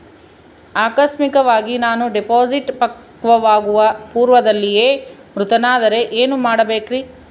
ಆಕಸ್ಮಿಕವಾಗಿ ನಾನು ಡಿಪಾಸಿಟ್ ಪಕ್ವವಾಗುವ ಪೂರ್ವದಲ್ಲಿಯೇ ಮೃತನಾದರೆ ಏನು ಮಾಡಬೇಕ್ರಿ?